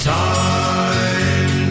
time